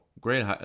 great